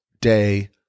day